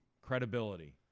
credibility